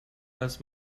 als